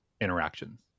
interactions